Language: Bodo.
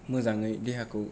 मोजाङै देहाखौ